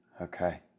Okay